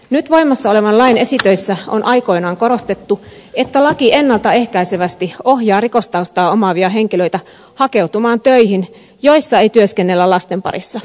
nyt voimassa olevan lain esitöissä on aikoinaan korostettu että laki ennalta ehkäisevästi ohjaa rikostaustaa omaavia henkilöitä hakeutumaan töihin joissa ei työskennellä lasten parissa